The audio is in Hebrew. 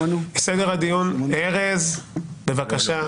--- ארז, בבקשה.